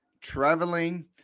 traveling